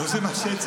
לא זה מה שהצעתי.